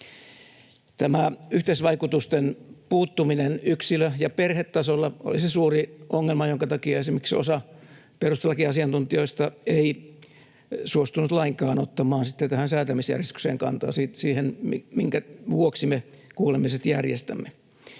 Tämä yhteisvaikutusten puuttuminen yksilö- ja perhetasolla oli se suuri ongelma, jonka takia esimerkiksi osa perustuslakiasiantuntijoista ei suostunut lainkaan ottamaan tähän säätämisjärjestykseen kantaa, siihen, minkä vuoksi me kuulemiset järjestämme.